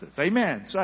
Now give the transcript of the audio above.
Amen